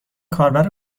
کاربر